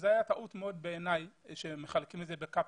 בעיניי זו הייתה טעות כאשר מחלקים לקפסולות.